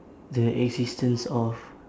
the existence of